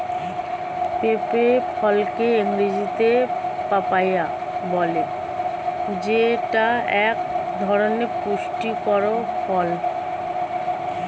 পেঁপে ফলকে ইংরেজিতে পাপায়া বলে যেইটা এক ধরনের পুষ্টিকর ফল